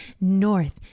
north